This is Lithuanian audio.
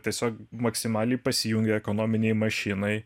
tiesiog maksimaliai pasijungia ekonominei mašinai